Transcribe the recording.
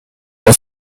aus